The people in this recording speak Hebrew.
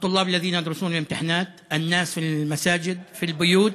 הסטודנטים שלומדים לבחינות ובהטרדת האנשים השוהים במסגדים ובבתים.